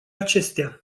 acestea